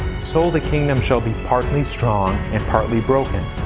so the kingdom shall be partly strong, and partly broken.